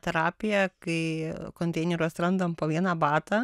terapija kai konteineriuos randam po vieną batą